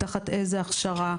תחת איזו הכשרה,